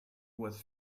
was